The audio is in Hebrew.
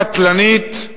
קטלנית,